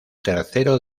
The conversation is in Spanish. tercero